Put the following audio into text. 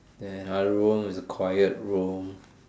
then another room is a quiet room